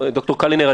ד"ר קלינר,